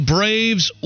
Braves